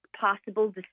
possible